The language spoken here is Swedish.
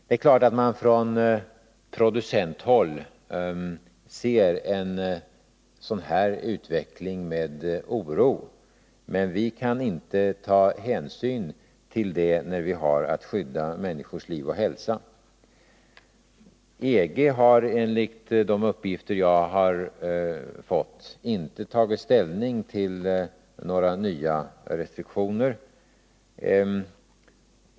Det är klart att man från producenthåll ser en sådan här utveckling med oro, men vi kan inte ta hänsyn till det, när vi har att skydda människors liv och hälsa. EG har enligt de uppgifter jag har fått inte tagit ställning till några nya restriktioner.